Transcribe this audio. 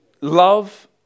love